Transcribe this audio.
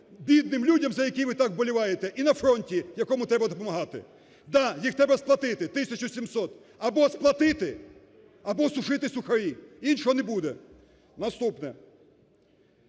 бідним людям, за яких ви так вболіваєте, і на фронті, якому треба допомагати. Да! Їх треба сплатити, тисячу 700. Або сплатити, або сушити сухарі – іншого не буде. Наступне.